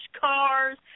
cars